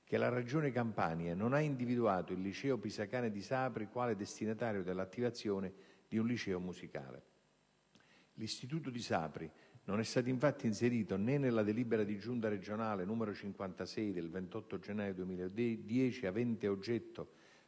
che la regione Campania non ha individuato il liceo «Pisacane» di Sapri quale destinatario dell'attivazione di un liceo musicale. L'istituto di Sapri non è stato infatti inserito, né nella delibera di giunta regionale n. 56 del 28 gennaio 2010 (avente oggetto: